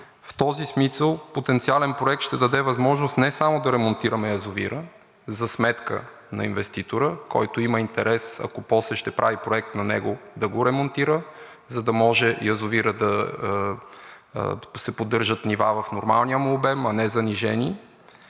В този смисъл потенциален проект ще даде възможност не само да ремонтираме язовира за сметка на инвеститора, който има интерес, ако после ще прави проект на него, да го ремонтира, за да може в язовира да се поддържат нива в нормалния му обем, а не занижени,